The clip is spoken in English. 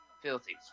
Filthy